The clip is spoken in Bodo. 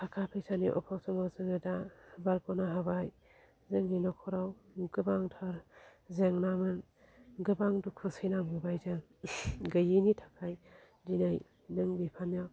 थाखा फैसानि अबाब समाव जोङो दा बारग'नो हाबाय जोंनि नखराव गोबांथार जेंनामोन गोबां दुखु सैनांबोबाय जों गैयैनि थाखाय दिनै नों बिफानियाव